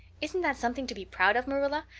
isn't that something to be proud of, marilla?